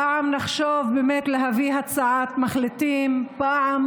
פעם נחשוב להביא הצעת מחליטים, פעם